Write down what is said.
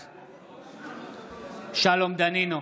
בעד שלום דנינו,